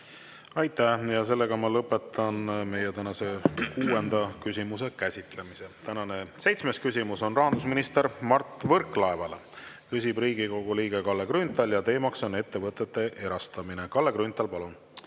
Aitäh! Lõpetan meie tänase kuuenda küsimuse käsitlemise. Tänane seitsmes küsimus on rahandusminister Mart Võrklaevale, küsib Riigikogu liige Kalle Grünthal ja teema on ettevõtete erastamine. Kalle Grünthal, palun!